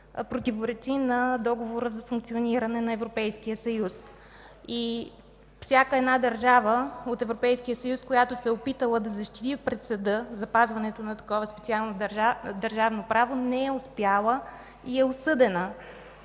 противоречи на договора за функциониране на Европейския съюз. Всяка една държава от Европейския съюз, която се е опитала да защити пред Съда запазването на такова специално държавно право, не е успяла и е осъдена,